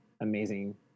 amazing